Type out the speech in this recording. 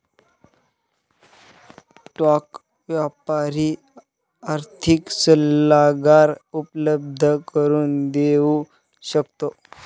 stock व्यापारी आर्थिक सल्लागार उपलब्ध करून देऊ शकतो